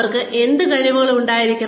അവർക്ക് എന്ത് കഴിവുകൾ ഉണ്ടായിരിക്കണം